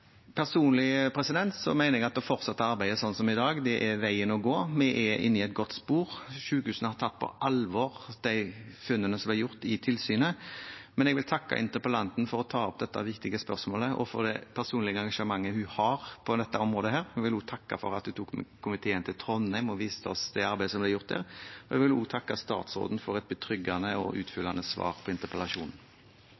Personlig mener jeg at å fortsette arbeidet sånn som i dag er veien å gå. Vi er inne i et godt spor, sykehusene har tatt på alvor de funnene som ble gjort i tilsynet. Men jeg vil takke interpellanten for at hun tar opp dette viktige spørsmålet, og for det personlige engasjementet hun har på dette området. Jeg vil takke for at hun tok med komiteen til Trondheim og viste oss det arbeidet som ble gjort der, og jeg vil også takke statsråden for et betryggende og